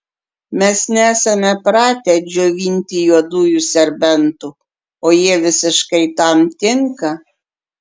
mes nesame pratę džiovinti juodųjų serbentų o jie visiškai tam tinka